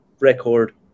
record